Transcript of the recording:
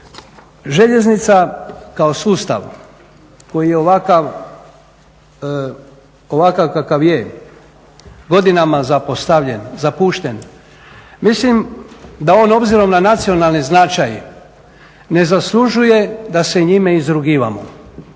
Željeznica kao sustav koji je ovakav kakav je godinama zapostavljen, zapušten mislim da on obzirom na nacionalni značaj ne zaslužuje da se njime izrugujemo,